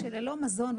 שללא מזון,